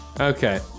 Okay